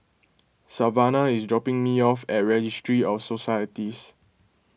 Savannah is dropping me off at Registry of Societies